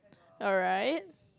alright